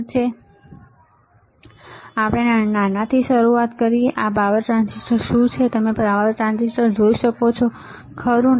તો ચાલો આપણે નાનાથી શરૂઆત કરીએ આ પાવર ટ્રાન્ઝિસ્ટર છે શું તમે પાવર ટ્રાન્ઝિસ્ટર જોઈ શકો છો ખરું ને